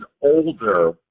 older